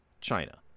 China